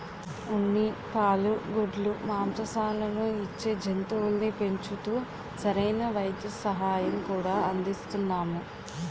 ఉన్ని, పాలు, గుడ్లు, మాంససాలను ఇచ్చే జంతువుల్ని పెంచుతూ సరైన వైద్య సహాయం కూడా అందిస్తున్నాము